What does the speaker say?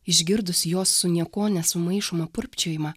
išgirdusi jos su niekuo nesumaišomą purpčiojimą